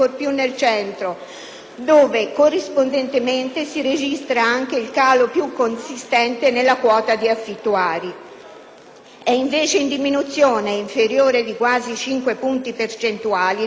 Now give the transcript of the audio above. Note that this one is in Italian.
dove corrispondentemente si registra anche il calo più consistente nella quota di affittuari. È invece in diminuzione, e inferiore di quasi cinque punti percentuali, nel Mezzogiorno,